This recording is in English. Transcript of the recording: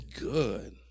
good